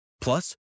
Plus